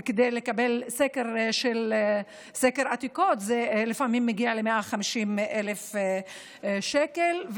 ולקבל סקר עתיקות לפעמים מגיע ל-150,000 שקל,